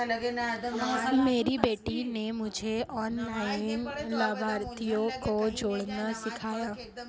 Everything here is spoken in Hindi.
मेरी बेटी ने मुझे ऑनलाइन लाभार्थियों को जोड़ना सिखाया